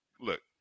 look